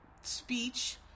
speech